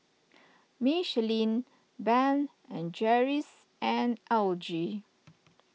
Michelin Ben and Jerry's and L G